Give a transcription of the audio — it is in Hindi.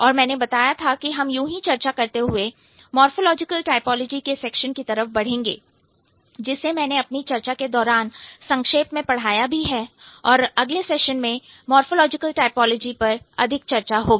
और मैंने बताया था कि हम यूं ही चर्चा करते हुए मोरफ़ोलॉजिकल टाइपोलॉजी के सेक्शन की तरफ बढ़ेंगे जिसे मैंने अपनी चर्चा के दौरान संक्षेप में पढ़ाया है और अगले सेशन में मोरफ़ोलॉजिकल टाइपोलॉजी पर अधिक चर्चा होगी